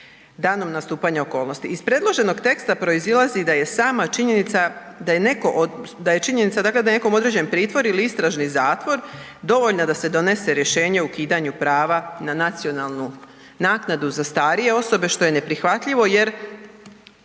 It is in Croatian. danom nastupanja okolnosti. Iz predloženog teksta proizlazi da je sama činjenica da je nekom određen pritvor ili istražni zatvor dovoljna da se donese rješenje o ukidanju prava na nacionalnu naknadu za starije osobe što je neprihvatljivo jer